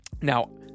Now